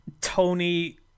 Tony